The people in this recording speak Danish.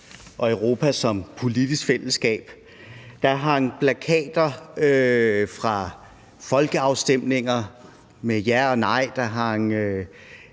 og Europa som politisk fællesskab. Der hang plakater fra folkeafstemninger med ja og nej,